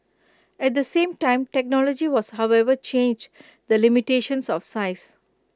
at the same time technology was however changed the limitations of size